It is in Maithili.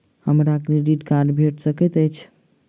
हमरा क्रेडिट कार्ड भेट सकैत अछि?